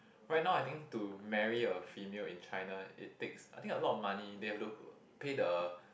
right now I think to marry a female in China it takes I think a lot of money they have to pay the